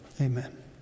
amen